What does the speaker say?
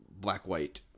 black-white